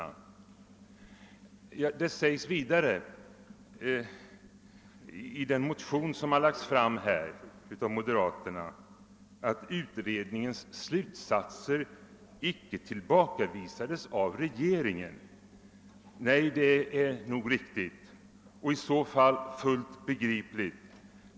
I den motion som väckts från moderat håll i detta sammanhang står det att utredningens slutsatser icke har tillbakavisats av regeringen. Det är riktigt — och fullt begripligt!